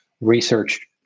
research